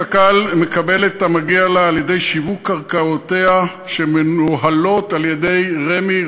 קק"ל מקבלת את המגיע לה על-ידי שיווק קרקעותיה שמנוהלות על-ידי רמ"י,